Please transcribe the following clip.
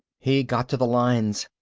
he got to the lines,